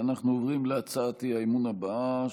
אנחנו עוברים להצעת האי-אמון הבאה,